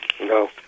No